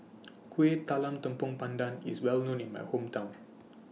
Kueh Talam Tepong Pandan IS Well known in My Hometown